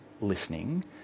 listening